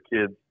kids